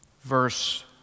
verse